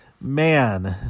man